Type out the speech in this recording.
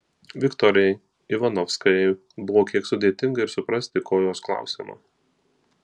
viktorijai ivanovskajai buvo kiek sudėtinga ir suprasti ko jos klausiama